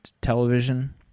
television